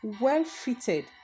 well-fitted